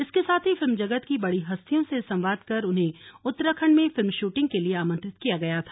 इसके साथ ही फिल्म जगत की बड़ी हस्तियों से संवाद कर उन्हें उत्तराखंड में फिल्म शूटिंग के लिए आमंत्रित किया गया था